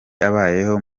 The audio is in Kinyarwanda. abayeho